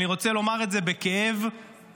אני רוצה לומר את זה בכאב גדול: